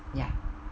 ya